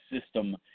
system